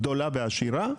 הגדולה והעשירה.